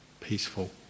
peaceful